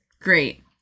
great